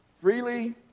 Freely